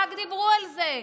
רק דיברו על זה,